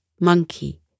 monkey